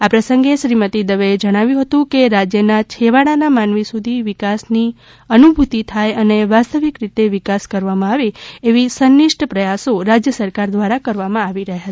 આ પ્રસંગે શ્રીમતિ દવેએ જણાવ્યું હતું કે રાજ્યના છેવાડાના માનવી સુધી વિકાસ ની અનુભૂતિ થાય અને વાસ્તવિક રીતે વિકાસ કરવામાં આવે તેવા સંનિષ્ઠ પ્રયાસો રાજ્ય સરકાર દ્વારા કરવામાં આવી રહ્યા છે